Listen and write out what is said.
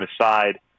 aside